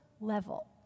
level